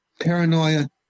paranoia